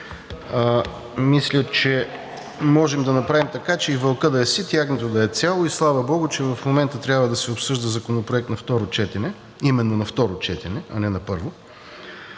Мисля, че можем да направим така, че и вълкът да е сит, и агнето да е цяло. И слава богу, че в момента трябва да се обсъжда законопроект на второ четене, именно на второ четене, а не на първо.